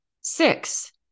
Six